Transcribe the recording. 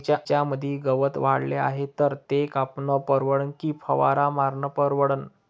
बगीच्यामंदी गवत वाढले हाये तर ते कापनं परवडन की फवारा मारनं परवडन?